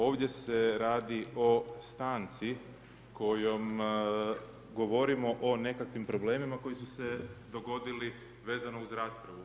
Ovdje se radi o stanci kojom govorimo o nekakvim problemima koji su se dogodili vezano uz raspravu.